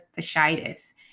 fasciitis